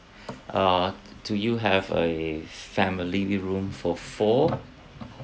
uh do you have a family room for four